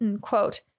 quote